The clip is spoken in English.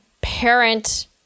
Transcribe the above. parent